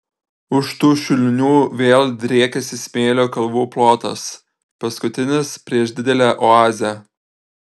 už tų šulinių vėl driekiasi smėlio kalvų plotas paskutinis prieš didelę oazę